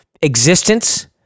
existence